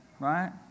right